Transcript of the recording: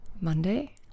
Monday